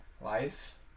life